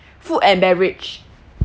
food and beverage